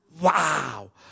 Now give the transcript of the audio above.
Wow